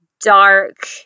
dark